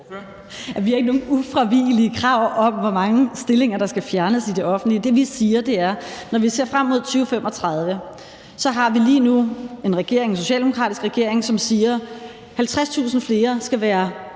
Vi har ikke nogen ufravigelige krav om, hvor mange stillinger der skal fjernes i det offentlige. Vi har lige nu en regering, en socialdemokratisk regering, som siger, at 50.000 flere skal være